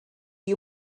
you